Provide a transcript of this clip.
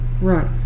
Right